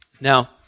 Now